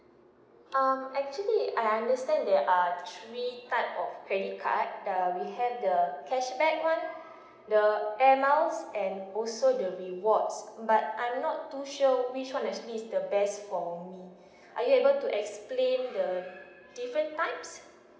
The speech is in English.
um actually I understand there type of credit card the we had the cashback one the air miles and also the rewards but I'm not too sure which one as me is the best for me are you able to explain the different types